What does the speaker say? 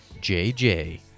JJ